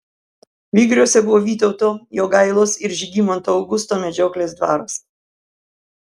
vygriuose buvo vytauto jogailos ir žygimanto augusto medžioklės dvaras